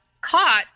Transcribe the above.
caught